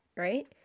right